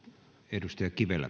arvoisa